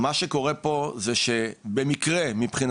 פרויקט מבורך.